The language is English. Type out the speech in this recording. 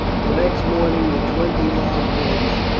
the next morning the twenty large boats,